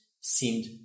seemed